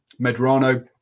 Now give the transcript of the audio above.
Medrano